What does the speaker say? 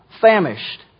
famished